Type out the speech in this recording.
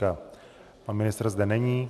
Pan ministr zde není.